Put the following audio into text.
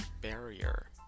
barrier